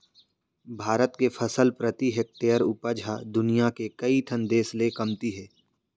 भारत के फसल प्रति हेक्टेयर उपज ह दुनियां के कइ ठन देस ले कमती हे